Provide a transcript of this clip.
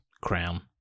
crown